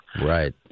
right